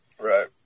right